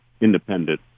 independent